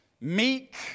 meek